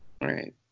right